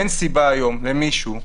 אין סיבה היום למישהו,